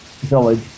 village